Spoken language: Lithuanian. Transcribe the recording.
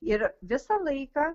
ir visą laiką